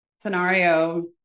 Scenario